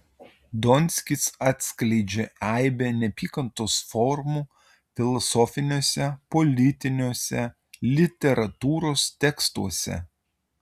donskis atskleidžia aibę neapykantos formų filosofiniuose politiniuose literatūros tekstuose